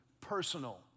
personal